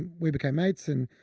we became mates and, ah,